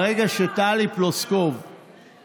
ברגע שטלי פלוסקוב,